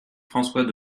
françois